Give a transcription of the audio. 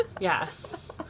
Yes